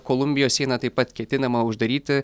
kolumbijos sieną taip pat ketinama uždaryti